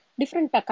different